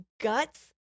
guts